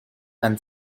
and